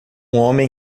homem